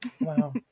Wow